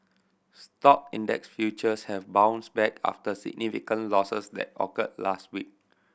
stock index futures have bounced back after significant losses that occurred last week